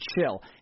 chill